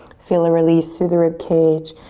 feel a release through the rib cage.